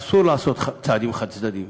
אסור לעשות צעדים חד-צדדיים.